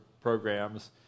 programs